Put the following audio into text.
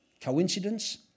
coincidence